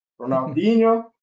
Ronaldinho